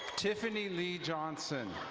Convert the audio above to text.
tiffany lee johnson.